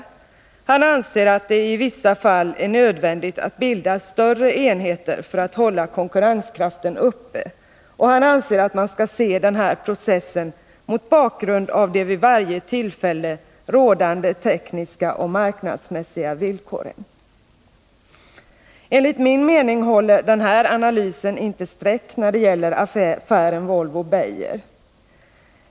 Han säger att han anser att det i vissa fall är nödvändigt att bilda större enheter för att hålla konkurrenskraften uppe och att han anser att man skall se den här processen mot bakgrund av de vid varje tillfälle rådande tekniska och marknadsmässiga villkoren. Enligt min mening håller den här analysen inte streck när det gäller affären Volvo-Beijerinvest.